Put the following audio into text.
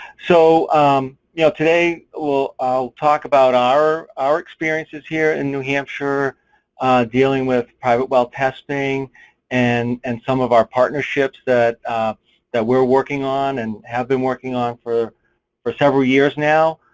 so you know today, i'll talk about our our experiences here in new hampshire dealing with private well testing and and some of our partnerships that that we're working on and have been working on for for several years now.